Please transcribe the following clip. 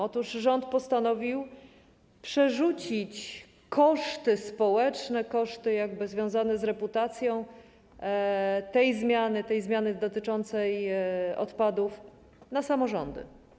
Otóż rząd postanowił przerzucić koszty społeczne, koszty związane z reputacją tej zmiany dotyczącej odpadów na samorządy.